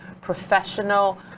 professional